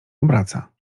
obraca